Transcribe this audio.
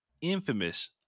infamous